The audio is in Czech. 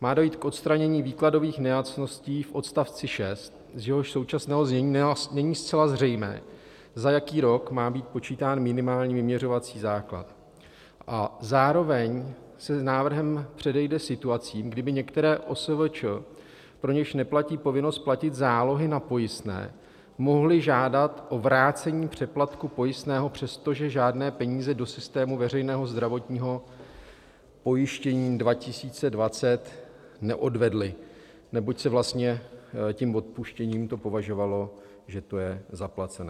Má dojít k odstranění výkladových nejasností v odstavci 6, z jehož současného znění není zcela zřejmé, že jaký rok má být počítán minimální vyměřovací základ, a zároveň se s návrhem předejde situacím, kdy by některé OSVČ, pro něž neplatí povinnost platit zálohy na pojistné, mohly žádat o vrácení přeplatku pojistného, přestože žádné peníze do systému veřejného zdravotního pojištění 2020 neodvedly, neboť se vlastně tím odpuštěním považovalo, že to je zaplacené.